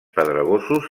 pedregosos